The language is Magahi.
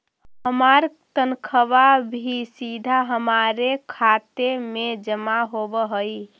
हमार तनख्वा भी सीधा हमारे खाते में जमा होवअ हई